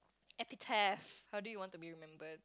epitaph how do you want to be remembered